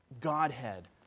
Godhead